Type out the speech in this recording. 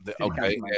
Okay